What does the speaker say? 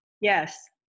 Yes